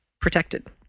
protected